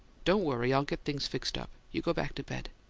don't worry i'll get things fixed up. you go back to bed.